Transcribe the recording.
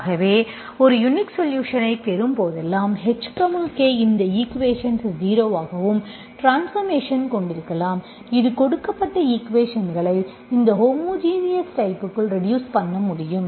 ஆகவே ஒரு யுனிக் சொலுஷன்ஐ பெறும்போதெல்லாம் h k இந்த ஈக்குவேஷன்ஸ் 0 ஆகவும் ட்ரான்ஸ்பார்மேஷன் கொண்டிருக்கலாம் இது கொடுக்கப்பட்ட ஈக்குவேஷன்ஸ்களை இந்த ஹோமோஜினஸ் டைப்புக்குள் ரெட்யூஸ் பண்ண முடியும்